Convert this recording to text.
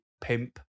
pimp